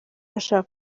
ashaka